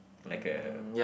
like a